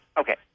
okay